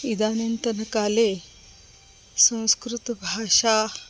इदानीन्तनकाले संस्कृतभाषा